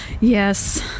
Yes